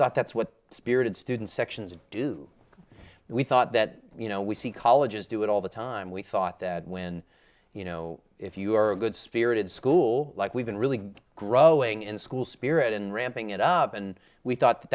thought that's what spirited students sections of do we thought that you know we see colleges do it all the time we thought that when you know if you are a good spirited school like we've been really growing in school spirit and ramping it up and we thought that